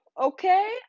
okay